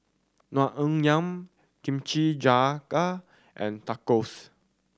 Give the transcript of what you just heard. Naengmyeon Kimchi Jjigae and Tacos